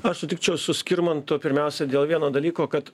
aš sutikčiau su skirmantu pirmiausia dėl vieno dalyko kad